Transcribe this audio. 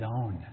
own